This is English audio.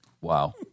Wow